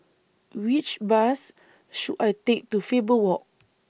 Which Bus should I Take to Faber Walk